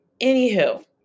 Anywho